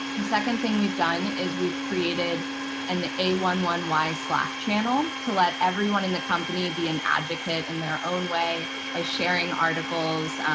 the second thing we've done is we've created an a one one y slack channel to let everyone in the company be an advocate in their own way by sharing articles,